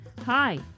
Hi